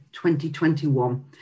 2021